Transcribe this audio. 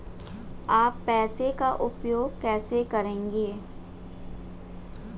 आप पैसे का उपयोग कैसे करेंगे?